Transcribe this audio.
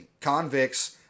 convicts